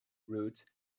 ruth